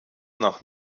nach